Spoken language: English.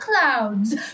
clouds